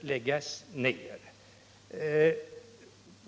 tvingas lägga ned.